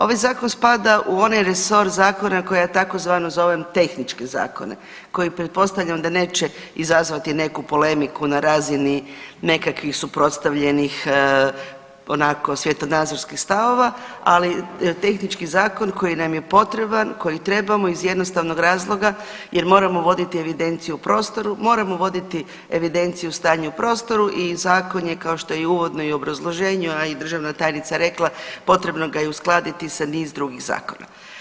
Ovaj Zakon spada u onaj resor zakona, koji ja tzv. zovem tehničke zakone, koji pretpostavljam da neće izazvati neku polemiku na razini nekakvih suprotstavljenih onako, svjetonazorskih stavova, ali tehnički zakon koji nam je potreban, koji trebamo iz jednostavnog razloga jer moramo voditi evidenciju u prostoru, moramo voditi evidenciju stanja u prostoru i Zakon je, kao što je i uvodno u obrazloženju, a i državna tajnica rekla, potrebno ga je uskladiti sa niz drugih zakona.